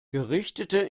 gerichtete